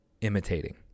imitating